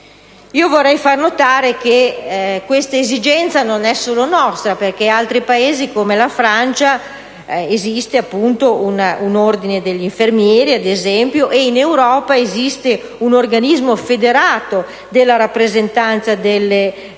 Vorrei fare notare che questa esigenza non è solo nostra, perché in altri Paesi come la Francia esiste ad esempio un ordine degli infermieri e in Europa esiste un organismo federato della rappresentanza di alcune